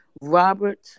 Robert